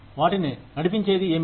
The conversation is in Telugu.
వాటిని నడిపించేది ఏమిటి